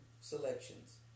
selections